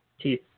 teeth